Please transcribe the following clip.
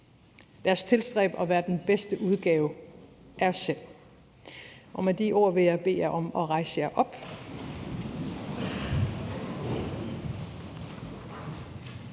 os tilstræbe at være den bedste udgave af os selv. Med de ord vil jeg bede jer om at rejse jer op.